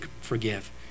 forgive